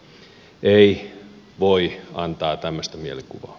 ei voi antaa tämmöistä mielikuvaa